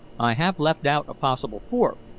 i have left out a possible fourth,